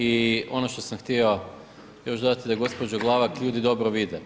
I ono što sam htio još dodati, da gospođo Glavak ljudi dobro vide.